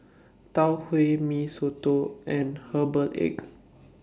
Tau Huay Mee Soto and Herbal Egg